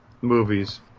movies